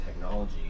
technology